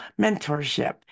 mentorship